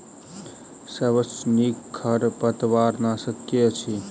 सबसँ नीक खरपतवार नाशक केँ अछि?